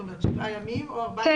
זאת אומרת, שבעה ימים או 14 ימים.